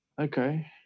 Okay